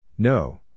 No